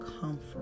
comfort